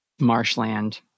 marshland